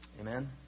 Amen